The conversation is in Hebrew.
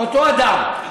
אותו אדם.